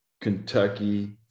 Kentucky